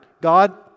God